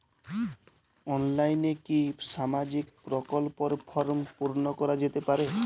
অনলাইনে কি সামাজিক প্রকল্পর ফর্ম পূর্ন করা যেতে পারে?